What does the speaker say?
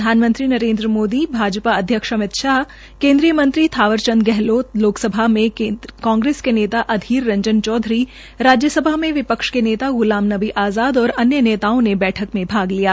प्रधानमंत्री नरेन्द्र मोदी भाजपा अध्यक्ष अमित शाह केन्द्रीय मंत्री थावर चंद गहलोत लोकसभा में कांग्रेस नेता अधीर रंजन चौधरी राज्य सभा में विपक्ष के नेता गुलाम नबी आज़ाद व अन्य नेताओं ने बैठक में भाग लिया